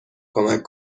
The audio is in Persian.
کمک